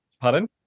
Pardon